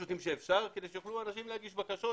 שאפשר כדי שיוכלו אנשים להגיש בקשות,